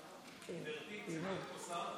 גברתי היושבת-ראש,